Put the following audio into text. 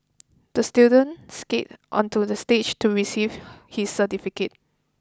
the student skated onto the stage to receive his certificate